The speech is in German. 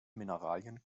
mineralien